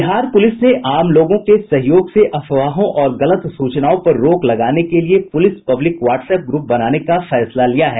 Bihar police ने आम लोगों के सहयोग से अफवाहों और गलत सूचनाओं पर रोक लगाने के लिए पुलिस पब्लिक वाट्सएप ग्रुप बनाने का फैसला लिया है